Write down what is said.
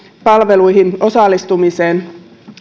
palveluihin osallistumiseen